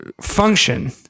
function